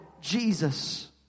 Jesus